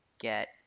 get